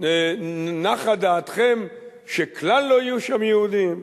נחה דעתכם שכלל לא יהיו שם יהודים?